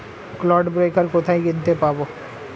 Clod breaker কোথায় কিনতে পাব?